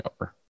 over